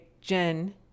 Jen